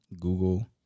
Google